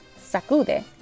Sacude